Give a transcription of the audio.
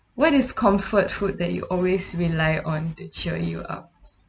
what is comfort food that you always rely on to cheer you up